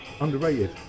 Underrated